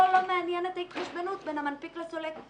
אותו לא מעניינת ההתחשבנות בין המנפיק לסולק.